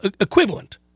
equivalent